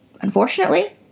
Unfortunately